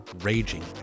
raging